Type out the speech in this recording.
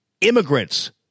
immigrants